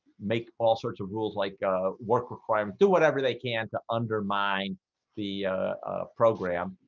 make all sorts of rules, like ah work requirement do whatever they can to undermine the program